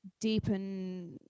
deepen